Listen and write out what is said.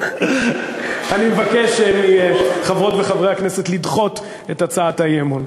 אני מבקש מחברות וחברי הכנסת לדחות את הצעת האי-אמון.